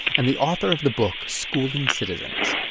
and the author of the book schooling citizens.